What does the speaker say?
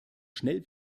schnell